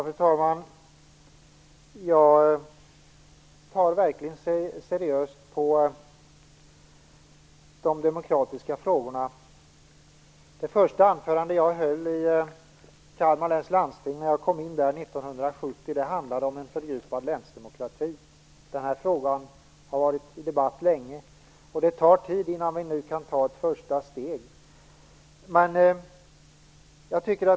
Fru talman! Jag tar verkligen seriöst på de demokratiska frågorna. Det första anförande jag höll i Kalmar läns landsting, när jag kom in där 1970, handlade om en fördjupad länsdemokrati. Den här frågan har varit under debatt länge, och det tar tid innan vi nu kan ta ett första steg.